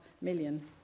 million